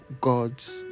God's